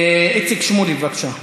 איציק שמולי, בבקשה.